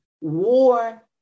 war